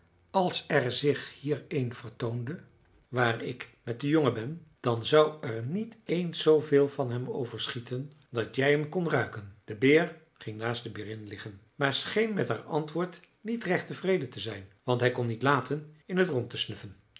als er zich hier een vertoonde waar ik met de jongen ben dan zou er niet eens zoo veel van hem overschieten dat jij hem kon ruiken de beer ging naast de berin liggen maar scheen met haar antwoord niet recht tevreden te zijn want hij kon niet laten in t rond te snuffen